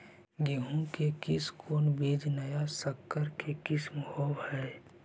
गेहू की कोन बीज नया सकर के किस्म होब हय?